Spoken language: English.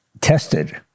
tested